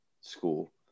school